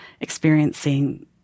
experiencing